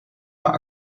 maar